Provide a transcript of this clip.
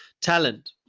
talent